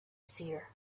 seer